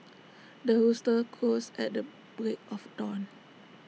the rooster crows at the break of dawn